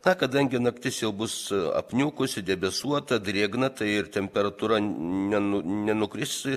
na kadangi naktis jau bus apniukusi debesuota drėgna tai ir temperatūra nenukris